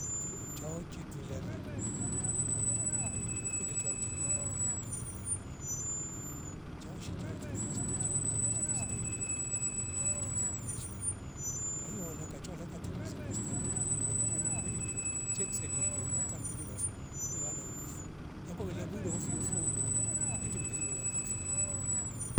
Akuwe uchao chitwe yale kwete chao chijenga mlilata tejenga mbili chaoshi chao chikivu lazima chao chiwe cha standi dikloko shandu chie tengenezwa kwawuya wala kachwa lakatengeza kwa standadi dileia mkiana namdilile che kusaida ijenga mbiri wafo wevana kuvungu nakowila mbu dovio vio urundu kwete mbiri bowa na afya fo